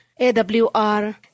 AWR